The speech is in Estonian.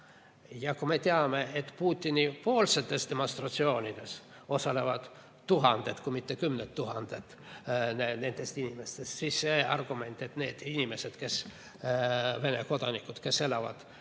Ja kui me teame, et Putini-poolsetel demonstratsioonidel osalevad tuhanded kui mitte kümned tuhanded nendest inimestest, siis see argument, et need inimesed, Vene kodanikud, kes elavad